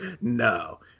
no